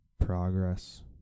progress